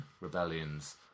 rebellions